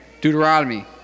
Deuteronomy